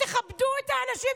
תכבדו את האנשים,